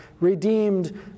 redeemed